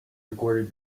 recorded